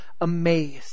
amazed